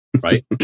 Right